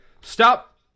stop